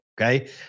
okay